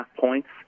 points